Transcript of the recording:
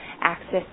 access